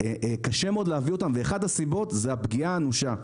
קשה מאוד להביא אותם ואחת הסיבות היא הפגיעה האנושה.